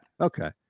Okay